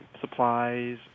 supplies